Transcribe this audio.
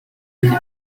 été